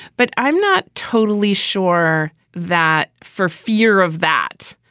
but i'm not totally sure that for fear of that,